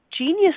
genius